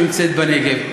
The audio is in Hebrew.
שנמצאת בנגב,